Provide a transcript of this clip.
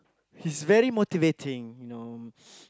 he's very motivating you know